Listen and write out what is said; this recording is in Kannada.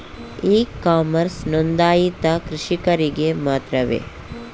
ಇ ಕಾಮರ್ಸ್ ನೊಂದಾಯಿತ ಕೃಷಿಕರಿಗೆ ಮಾತ್ರವೇ?